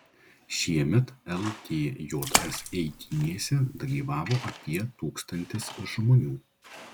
šiemet ltjs eitynėse dalyvavo apie tūkstantis žmonių